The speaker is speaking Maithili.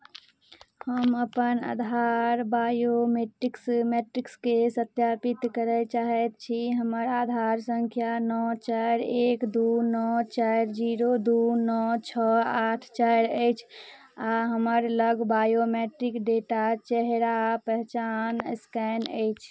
हम अपन आधार बायोमेट्रिक्स मेट्रिक्सकेँ सत्यापित करय चाहैत छी हमर आधार सङ्ख्या नओ चारि एक दू नओ चारि जीरो दू नओ छओ आठ चारि अछि आ हमर लग बायोमेट्रिक डेटा चेहरा पहचान स्कैन अछि